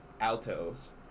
altos